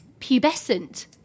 Pubescent